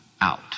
out